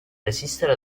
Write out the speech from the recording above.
resistere